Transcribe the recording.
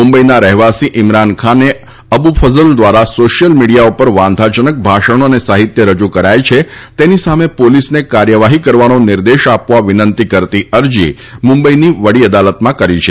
મુંબઈના રહેવાસી ઇમરાન ખાને અબુ ફઝલ દ્વારા સોશ્યલ મીડિયા ઉપર વાંધાજનક ભાષણો અને સાહિત્ય રજુ કરાય છે તેની સામે પોલીસને કાર્યવાહી કરવાનો નિર્દેશ આપવા વિનંતી કરતી અરજી મુંબઈની વડી અદાલતમાં કરી છે